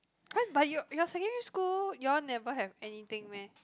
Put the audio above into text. !huh! but your your secondary school you all never had anything meh